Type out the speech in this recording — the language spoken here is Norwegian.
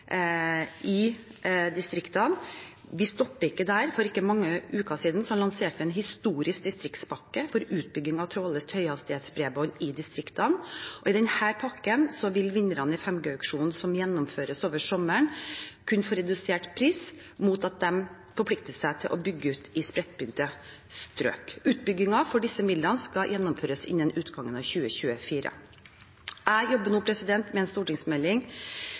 i distriktene, men vi stopper ikke der. For ikke mange uker siden lanserte vi en historisk distriktspakke for utbygging av trådløst høyhastighetsbredbånd i distriktene. I denne pakken vil vinnerne i 5G-auksjonen som gjennomføres over sommeren, kunne få redusert pris mot at de forplikter seg til å bygge ut i spredtbygde strøk. Utbyggingen for disse midlene skal gjennomføres innen utgangen av 2024. Jeg jobber nå med en stortingsmelding